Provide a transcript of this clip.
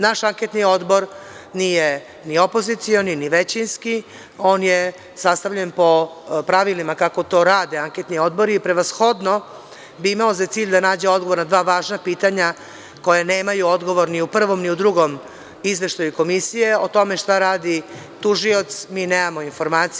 Naš anketni odbor nije ni opozicioni ni većinski, on je sastavljen po pravilima kako to rade anketni odbori, prevashodno bi imao za cilj da nađe odgovor na dva važna pitanja koja nemaju odgovor ni u prvom ni u drugom izveštaju komisije o tome šta radi tužioc, mi nemamo informaciju.